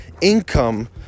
income